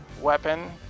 Weapon